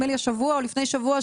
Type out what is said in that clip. נדמה לי השבוע או לפני שבוע,